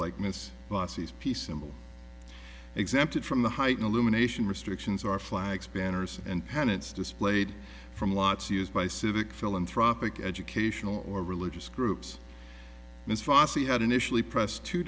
likeness busey's peace symbol exempted from the heightened illumination restrictions our flags banners and penates displayed from lots used by civic philanthropic educational or religious groups